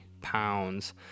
pounds